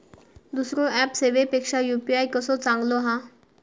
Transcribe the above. दुसरो ऍप सेवेपेक्षा यू.पी.आय कसो चांगलो हा?